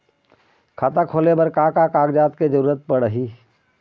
खाता खोले बर का का कागजात के जरूरत पड़ही?